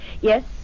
Yes